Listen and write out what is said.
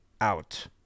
out